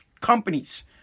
companies